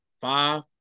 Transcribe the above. five